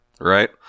right